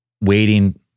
waiting